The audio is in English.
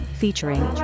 featuring